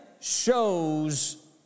shows